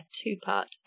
two-part